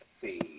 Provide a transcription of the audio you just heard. see